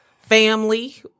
Family